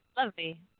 Lovely